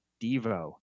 Devo